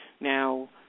Now